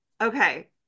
okay